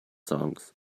songs